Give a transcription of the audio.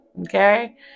Okay